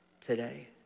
today